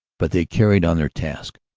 but they carried on their task,